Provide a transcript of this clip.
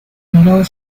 middle